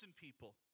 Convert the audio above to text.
people